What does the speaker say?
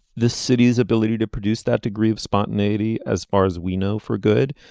the city's ability to produce that degree of spontaneity as far as we know for good.